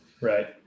Right